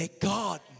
God